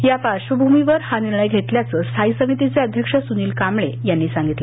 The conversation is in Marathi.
या पार्श्वभूमीवर हा निर्णय घेतल्याचं स्थायी समितीचे अध्यक्ष स्निल कांबळे यांनी सांगितलं